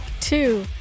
two